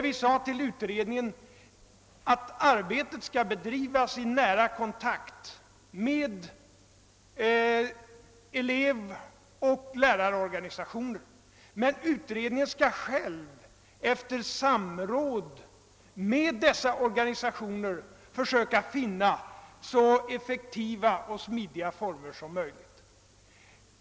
Vi sade till utredningen att arbetet skall bedrivas i nära kontakt med elevoch lärarorganisationer men att utredningen själv skall efter samråd med dess organisationer försöka finna så effektiva och smidiga arbetsformer som möjligt.